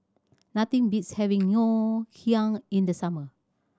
nothing beats having Ngoh Hiang in the summer